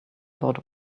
about